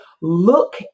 look